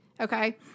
Okay